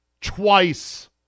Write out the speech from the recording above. twice